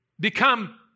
become